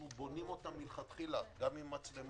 אנחנו בונים אותם מלכתחילה גם עם מצלמות,